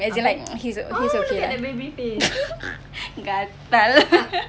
but as in like he's he's okay lah gatal